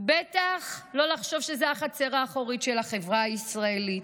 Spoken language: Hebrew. ובטח לא לחשוב שזה החצר האחורית של החברה הישראלית.